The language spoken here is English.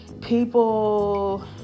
people